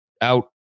out